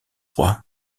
roi